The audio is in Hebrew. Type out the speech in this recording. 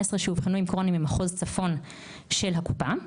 שאובחנו עם קרוהן הם ממחוז צפון של הקופה.